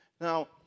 Now